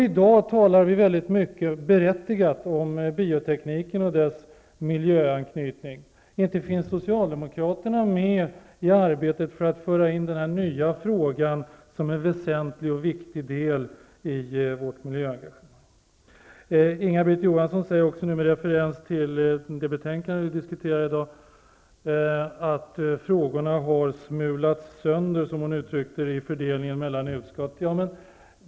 I dag talar vi mycket berättigat om biotekniken och dess miljöanknytning. Inte finns Socialdemokraterna med i arbetet med att föra in denna nya fråga som en väsentlig och viktig del i vårt miljöarbete. Inga-Britt Johansson säger också med referens till det betänkande vi i dag diskuterar att frågorna har smulats sönder, som hon uttryckte det, i fördelningen mellan utskott.